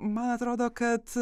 man atrodo kad